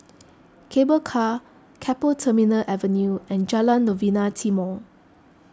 Cable Car Keppel Terminal Avenue and Jalan Novena Timor